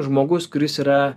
žmogus kuris yra